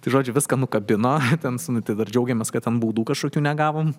tai žodžiu viską nukabino ten dar džiaugiamės kad ten baudų kažkokių negavom